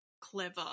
clever